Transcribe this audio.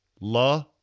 La